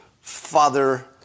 father